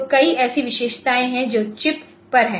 तो कई ऐसी विशेषताएं हैं जो चिप पर हैं